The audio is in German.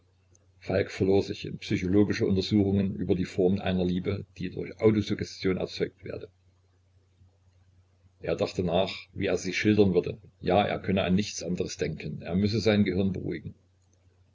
falk verlor sich in psychologische untersuchungen über die form einer liebe die durch autosuggestion erzeugt werde er dachte nach wie er sie schildern würde ja er könne an nichts anderes denken er müsse sein gehirn beruhigen